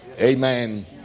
Amen